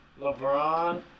LeBron